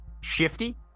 Shifty